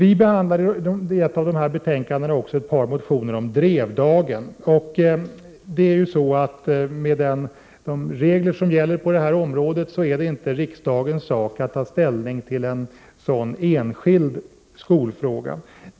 I ett av dessa betänkanden behandlas ett par motioner om Drevdagen. Med de regler som gäller på detta område är det inte riksdagens sak att ta ställning till en sådan enskild skolfråga.